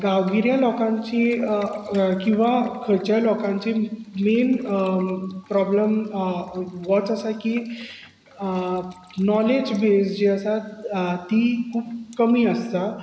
गांवगिऱ्यां लोकांची किंवां खंयच्या लोकांची मेन प्रोब्लॅम होच आसा की नाॅलेज बेज आसा ती खूब कमी आसता